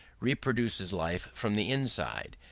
reproduces life from the inside,